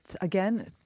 again